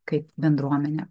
kaip bendruomenė